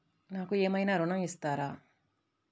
నాకు ఏమైనా ఋణం ఇస్తారా?